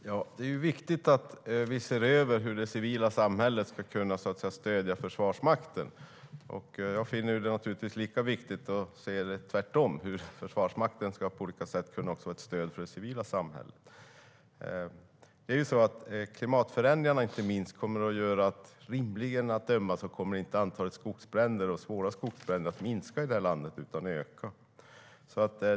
Herr talman! Det är viktigt att vi ser över hur det civila samhället ska kunna stödja Försvarsmakten. Jag finner det naturligtvis lika viktigt att se det tvärtom, hur Försvarsmakten på olika sätt ska kunna vara ett stöd för det civila samhället. Inte minst klimatförändringarna kommer rimligen att göra att antalet skogsbränder, och svåra skogsbränder, inte minskar i detta land utan ökar.